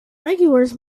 regulators